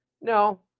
no